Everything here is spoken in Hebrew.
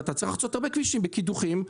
בקידוחים,